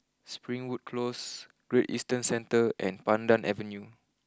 Springwood close Great Eastern Centre and Pandan Avenue